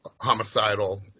homicidal